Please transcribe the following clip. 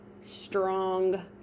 strong